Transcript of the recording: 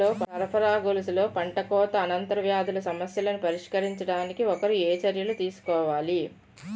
సరఫరా గొలుసులో పంటకోత అనంతర వ్యాధుల సమస్యలను పరిష్కరించడానికి ఒకరు ఏ చర్యలు తీసుకోవాలి?